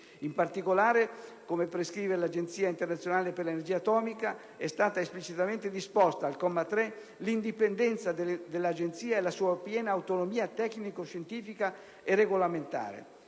In particolare, come prescrive l'Agenzia internazionale per l'energia atomica (AIEA), è stata esplicitamente disposta, al comma 3, l'indipendenza dell'Agenzia e la sua piena autonomia tecnico-scientifica e regolamentare.